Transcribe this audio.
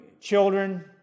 children